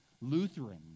Lutheran